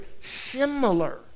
similar